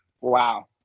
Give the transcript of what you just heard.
Wow